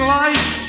life